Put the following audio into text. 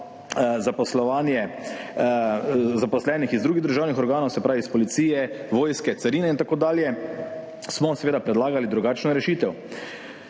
zaposlovanje zaposlenih iz drugih državnih organov, se pravi iz policije, vojske, carine in tako dalje – predlagali drugačno rešitev.